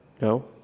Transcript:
No